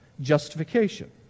justification